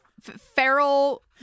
feral